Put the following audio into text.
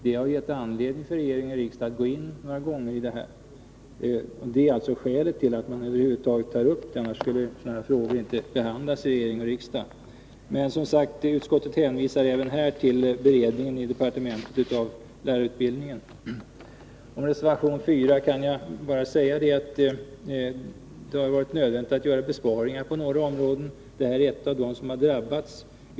Det har gett regering och riksdag anledning att se över detta några gånger. Detta är skälet till att man över huvud taget tar upp ämnet; annars skulle dessa frågor inte behandlas av regering och riksdag. Utskottet hänvisar även här till beredningen av lärarutbildningen i departementet. Om reservation 4 kan jag säga att det har varit nödvändigt att göra besparingar på några områden. Detta är ett av de områden som har drabbats.